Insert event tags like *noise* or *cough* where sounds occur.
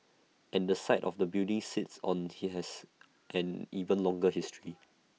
and the site the building sits on he has *noise* an even longer history